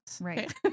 right